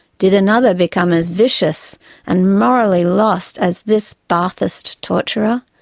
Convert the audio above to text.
did another become as vicious and morally lost as this baathist torturer,